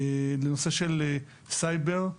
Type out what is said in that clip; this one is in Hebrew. לנושא של סייבר,